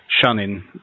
shunning